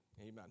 Amen